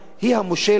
היא המושלת,